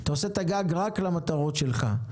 אתה עושה את הגג רק למטרות שלך.